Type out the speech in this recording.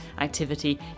activity